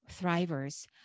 thrivers